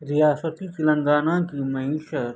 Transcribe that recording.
ریاست تلنگانہ کی معیشت